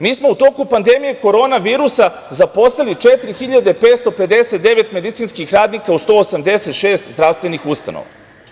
Mi smo u toku pandemije koronavirusa zaposlili 4.559 medicinskih radnika u 186 zdravstvenih ustanova.